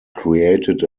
created